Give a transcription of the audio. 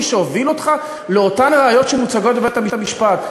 שהוביל אותך לאותן ראיות שמוצגות בבית-המשפט?